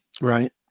right